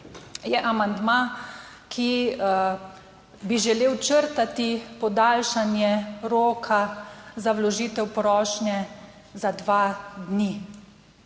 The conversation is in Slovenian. je amandma, ki bi želel črtati podaljšanje roka za vložitev prošnje za dva dni